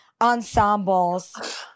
ensembles